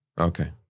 Okay